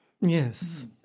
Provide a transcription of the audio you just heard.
Yes